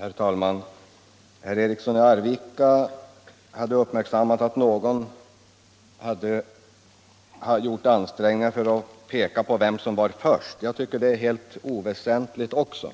Herr talman! Herr Eriksson i Arvika hade uppmärksammat att någon gjort ansträngningar för att visa vem som var först med åtgärder på detta område. Även jag tycker att det är helt oväsentligt att få